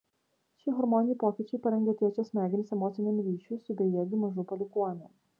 šie hormoniniai pokyčiai parengia tėčio smegenis emociniam ryšiui su bejėgiu mažu palikuoniu